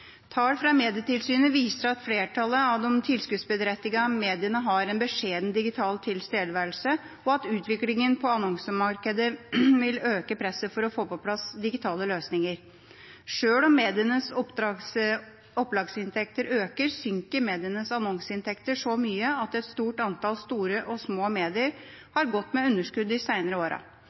Tall fra Medietilsynet viser at flertallet av de tilskuddsberettigede mediene har en beskjeden digital tilstedeværelse, og at utviklingen på annonsemarkedet vil øke presset for å få på plass digitale løsninger. Sjøl om medienes opplagsinntekter øker, synker medienes annonseinntekter så mye at et stort antall store og små medier har gått med underskudd de seinere åra.